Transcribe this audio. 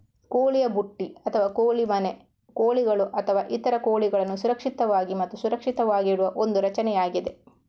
ಕೋಳಿಯ ಬುಟ್ಟಿ ಅಥವಾ ಕೋಳಿ ಮನೆ ಕೋಳಿಗಳು ಅಥವಾ ಇತರ ಕೋಳಿಗಳನ್ನು ಸುರಕ್ಷಿತವಾಗಿ ಮತ್ತು ಸುರಕ್ಷಿತವಾಗಿಡುವ ಒಂದು ರಚನೆಯಾಗಿದೆ